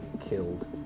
killed